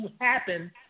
happen